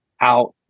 out